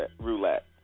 roulette